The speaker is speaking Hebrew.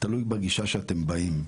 תלוי בגישה שאתם באים.